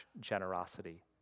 generosity